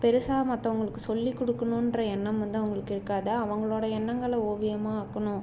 பெரிசா மற்றவங்களுக்கு சொல்லி கொடுக்கணுன்ற எண்ணம் வந்து அவர்களுக்கு இருக்காது அவர்களோட எண்ணங்களை ஓவியமாக ஆக்கணும்